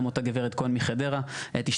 גם אותה גב' כהן מחדרה תשתתף.